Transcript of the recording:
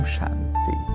Shanti